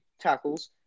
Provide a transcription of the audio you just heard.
tackles